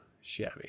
shabby